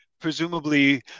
presumably